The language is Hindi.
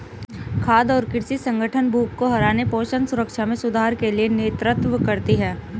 खाद्य और कृषि संगठन भूख को हराने पोषण सुरक्षा में सुधार के लिए नेतृत्व करती है